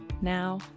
now